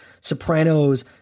Sopranos